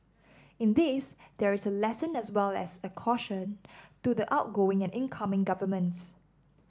in this there is a lesson as well as a caution to the outgoing and incoming governments